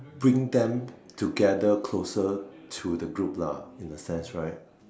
bring them together closer to the group lah in the sense right